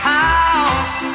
house